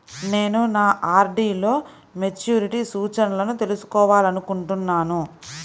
నేను నా ఆర్.డీ లో మెచ్యూరిటీ సూచనలను తెలుసుకోవాలనుకుంటున్నాను